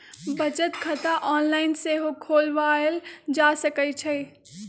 बचत खता ऑनलाइन सेहो खोलवायल जा सकइ छइ